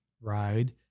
ride